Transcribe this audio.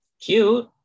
Cute